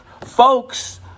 Folks